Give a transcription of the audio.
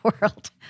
world